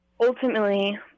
ultimately